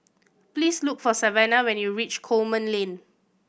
please look for Savannah when you reach Coleman Lane